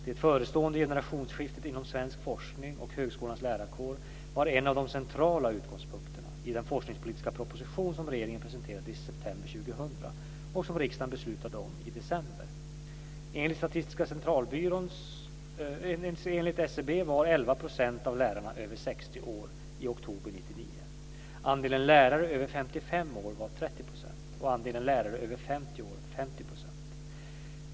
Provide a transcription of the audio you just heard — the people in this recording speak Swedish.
Det förestående generationsskiftet inom svensk forskning och högskolans lärarkår var en av de centrala utgångspunkterna i den forskningspolitiska proposition som regeringen presenterade i september 2000 och riksdagen beslutade om i december. Andelen lärare över 55 år var 30 % och andelen lärare över 50 år 50 %.